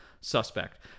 suspect